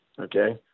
Okay